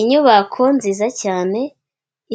Inyubako nziza cyane